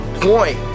point